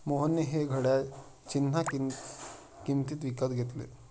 मोहनने हे घड्याळ चिन्हांकित किंमतीत विकत घेतले